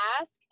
ask